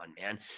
man